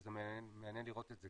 וזה מעניין לראות את זה,